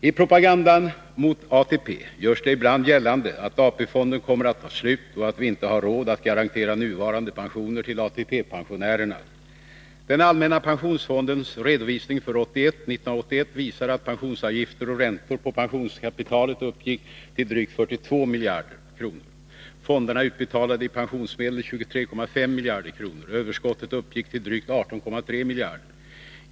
I propagandan mot ATP görs det ibland gällande att AP-fonden kommer att ta slut och att vi inte har råd att garantera nuvarande pensioner till ATP-pensionärerna. Den allmänna pensionsfondens redovisning för 1981 visar att pensionsavgifter och räntor på pensionskapitalet uppgick till drygt 42 miljarder kronor. Fonderna utbetalade i pensionsmedel 23,5 miljarder kronor. Överskottet uppgick till drygt 18,3 miljarder kronor.